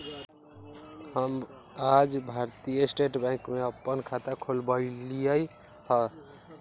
हम आज भारतीय स्टेट बैंक में अप्पन खाता खोलबईली ह